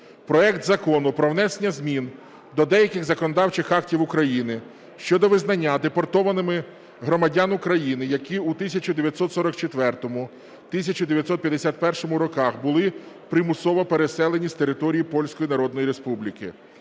проект Закону про внесення змін до деяких законодавчих актів України щодо визнання депортованими громадян України, які в 1944-1951 роках були примусово переселені з території